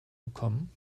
gekommen